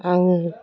आङो